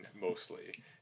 mostly